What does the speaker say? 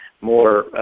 more